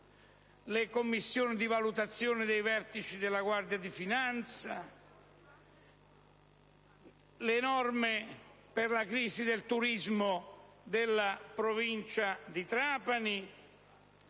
le commissioni di valutazione dei vertici della Guardia di finanza, le norme per la crisi del turismo nella provincia di Trapani,